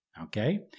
Okay